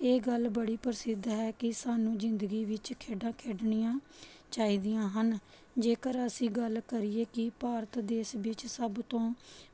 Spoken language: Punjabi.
ਇਹ ਗੱਲ ਬੜੀ ਪ੍ਰਸਿੱਧ ਹੈ ਕਿ ਸਾਨੂੰ ਜ਼ਿੰਦਗੀ ਵਿੱਚ ਖੇਡਾਂ ਖੇਡਣੀਆਂ ਚਾਹੀਦੀਆਂ ਹਨ ਜੇਕਰ ਅਸੀਂ ਗੱਲ ਕਰੀਏ ਕਿ ਭਾਰਤ ਦੇਸ਼ ਵਿੱਚ ਸਭ ਤੋਂ